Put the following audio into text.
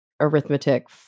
arithmetic